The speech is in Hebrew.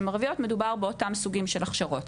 ערביות מדובר באותם סוגים של הכשרות.